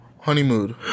honeymoon